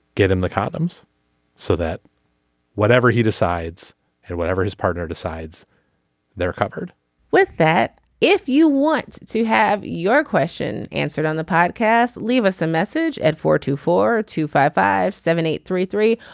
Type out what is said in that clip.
get him the condoms so that whatever he decides and whatever his partner decides they're covered with that if you want to have your question answered on the podcast. leave us a message at four two four two five five seven eight three three.